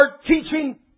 teaching